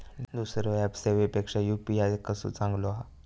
दुसरो ऍप सेवेपेक्षा यू.पी.आय कसो चांगलो हा?